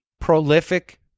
prolific